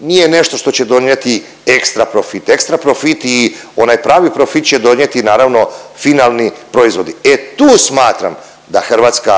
nije nešto što će donijeti ekstra profit, ekstra profit i onaj pravi profit će donijeti naravno finalni proizvodi. E tu smatram da hrvatska